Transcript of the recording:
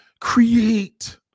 Create